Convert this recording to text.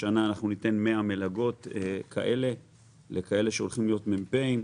השנה ניתן 100 מלגות כאלו לכאלה שהולכים להיות מ"פ.